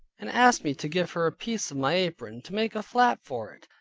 and asked me to give her a piece of my apron, to make a flap for it.